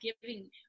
giving